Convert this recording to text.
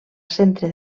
centre